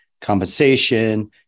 compensation